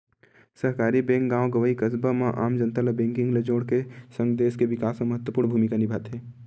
सहकारी बेंक गॉव गंवई, कस्बा म आम जनता मन ल बेंकिग ले जोड़ के सगं, देस के बिकास म महत्वपूर्न भूमिका निभाथे